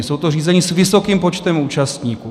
Jsou to řízení s vysokým počtem účastníků.